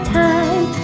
time